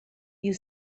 you